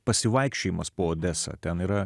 pasivaikščiojimas po odesą ten yra